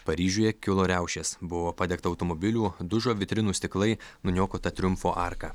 paryžiuje kilo riaušės buvo padegta automobilių dužo vitrinų stiklai nuniokota triumfo arka